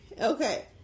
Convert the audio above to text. Okay